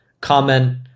comment